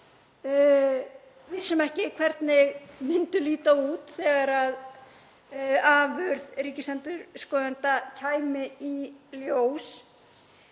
vissum ekki hvernig myndu líta út þegar afurð ríkisendurskoðanda kæmi í ljós.